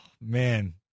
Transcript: man